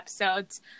episodes